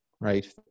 Right